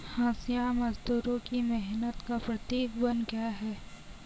हँसिया मजदूरों की मेहनत का प्रतीक बन गया है